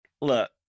look